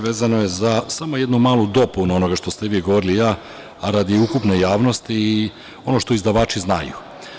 Vezano je za samo jednu malu dopunu onoga što ste vi govorili, a radi ukupne javnosti i ono što izdavači znaju.